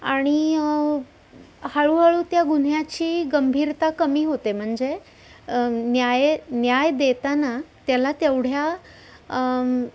आणि हळूहळू त्या गुन्ह्याची गंभीरता कमी होते म्हणजे न्याये न्याय देताना त्याला तेवढ्या